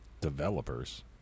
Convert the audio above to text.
Developers